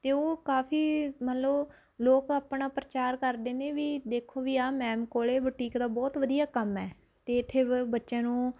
ਅਤੇ ਉਹ ਕਾਫ਼ੀ ਮੰਨ ਲਉ ਲੋਕ ਆਪਣਾ ਪ੍ਰਚਾਰ ਕਰਦੇ ਨੇ ਵੀ ਦੇਖੋ ਵੀ ਆਹ ਮੈਮ ਕੋਲ ਬੂਟੀਕ ਦਾ ਬਹੁਤ ਵਧੀਆ ਕੰਮ ਹੈ ਅਤੇ ਇੱਥੇ ਬ ਬੱਚਿਆਂ ਨੂੰ